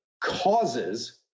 causes